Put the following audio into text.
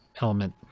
Element